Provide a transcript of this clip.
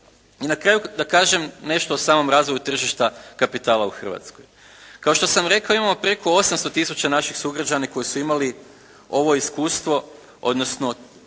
I na kraju da kažem nešto o samom razvoju tržišta kapitala u Hrvatskoj. Kao što sam rekao, imamo preko 800 tisuća naših sugrađana koji su imali ovo iskustvo odnosno trgovali